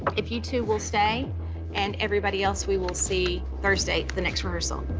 if you two will stay and everybody else we will see, thursday at the next rehearsal.